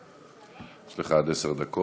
זו ועדה מיוחדת.